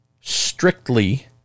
strictly